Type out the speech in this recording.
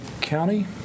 county